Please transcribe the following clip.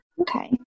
Okay